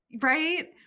right